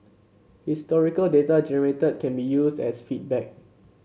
historical data generated can be used as feedback